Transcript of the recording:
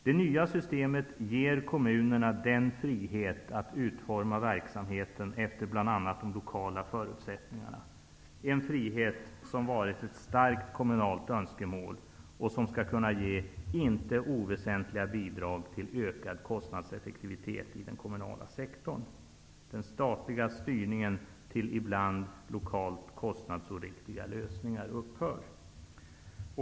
Det nya systemet ger kommunerna frihet att utforma verksamheten efter bl.a. de lokala förutsättningarna, en frihet som varit ett starkt kommunalt önskemål och som skall kunna ge icke oväsentliga bidrag till ökad kostnadseffektivitet inom den kommunala sektorn; den statliga styrningen till ibland lokalt kostnadsoriktiga lösningar upphör.